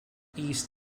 east